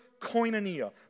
koinonia